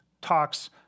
talks